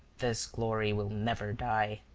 this glory will never die.